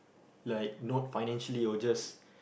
like not financially or just